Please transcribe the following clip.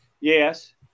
Yes